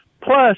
Plus